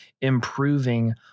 improving